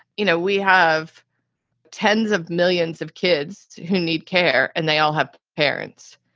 you know, we have tens of millions of kids who need care and they all have parents,